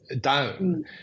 down